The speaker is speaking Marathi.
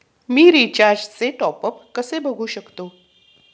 मी रिचार्जचे टॉपअप कसे बघू शकतो?